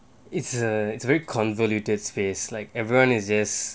it's err it's a very convoluted space like everyone is just